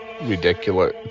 Ridiculous